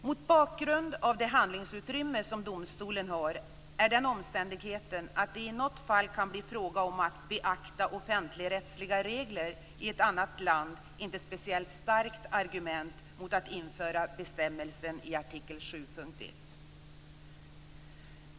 Mot bakgrund av det handlingsutrymme som domstolen har är den omständigheten att det i något fall kan bli fråga om att beakta offentligrättsliga regler i ett annat land inte speciellt starkt argument mot att införa bestämmelsen i artikel 7.1.